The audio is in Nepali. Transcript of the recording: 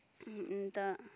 अन्त